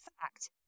fact